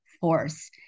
force